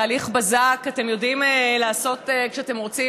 תהליך בזק אתם יודעים לעשות כשאתם רוצים,